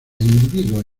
individuos